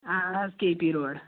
اہَن حظ K P road